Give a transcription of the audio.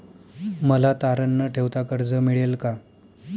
मला तारण न ठेवता कर्ज मिळेल का?